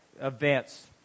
events